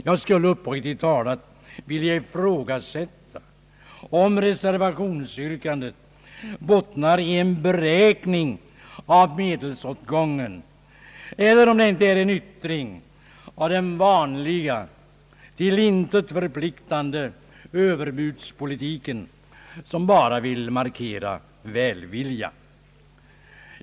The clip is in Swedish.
Jag vill uppriktigt talat ifrågasätta om = reservationsyrkandet bottnar i en beräkning av medelsåtgången, Är den inte en yttring av den vanliga och till intet förpliktande överbudspolitiken, som bara vill markera välvilja?